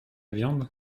viande